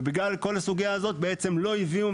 ובגלל כל הסוגייה הזאת בעצם לא הביאו,